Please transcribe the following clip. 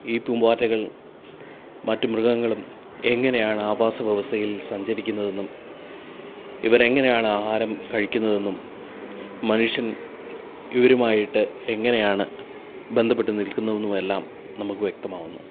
ഈ പൂമ്പാറ്റകൾ മറ്റു മൃഗങ്ങളും എങ്ങനെയാണ് ആവാസ വ്യവസ്ഥയിൽ സഞ്ചരിക്കുന്നത് എന്നും ഇവരെങ്ങനെയാണ് ആഹാരം കഴിക്കുന്നതെന്നും മനുഷ്യൻ ഇവരുമായിട്ട് എങ്ങനെയാണ് ബന്ധപ്പെട്ട് നിൽക്കുന്നത് എല്ലാം നമുക്ക് വ്യക്തമാകുന്നു